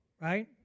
right